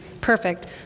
perfect